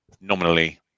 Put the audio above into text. nominally